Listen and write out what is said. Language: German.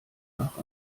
nach